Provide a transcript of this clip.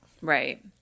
Right